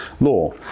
law